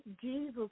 Jesus